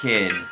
Kid